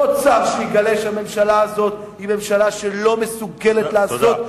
עוד שר שיגלה שהממשלה הזאת היא ממשלה שלא מסוגלת לעשות,